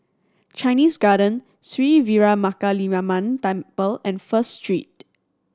Chinese Garden Sri Veeramakaliamman Temple and First Street